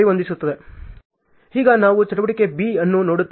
ಈಗ ನಾವು ಚಟುವಟಿಕೆ B ಅನ್ನು ನೋಡುತ್ತೇವೆ